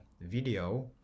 video